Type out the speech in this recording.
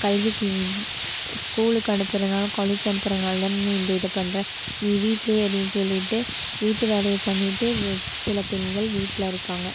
கல்விக்கு ஸ்கூலுக்கு அனுப்புகிறனாலோ காலேஜு அனுப்புகிறனாலதான நீ இந்த இது பண்ணுற நீ வீட்டிலயே இருன்னு சொல்லிவிட்டு வீட்டு வேலையை பண்ணிவிட்டு சில பெண்கள் வீட்டில் இருக்காங்க